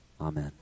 Amen